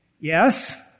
Yes